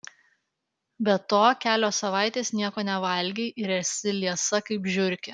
be to kelios savaitės nieko nevalgei ir esi liesa kaip žiurkė